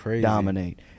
dominate